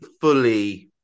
fully